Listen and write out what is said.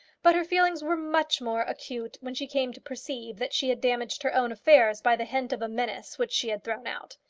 but her feelings were much more acute when she came to perceive that she had damaged her own affairs by the hint of a menace which she had thrown out.